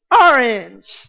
orange